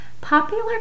Popular